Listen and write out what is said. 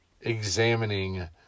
examining